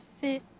fit